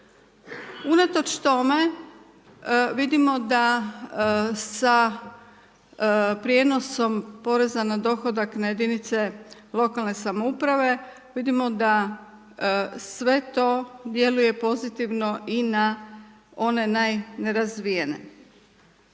Unatoč tome, vidimo da sa prijenosom poreza na dohodak na jedinice lokalne samouprave, vidimo da sve to djeluje pozitivno i na one najnerazvijene.